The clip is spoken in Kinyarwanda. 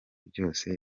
byose